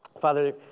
father